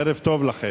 ערב טוב לכם.